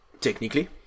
technically